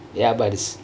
ya but it's